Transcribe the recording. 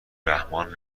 رحمان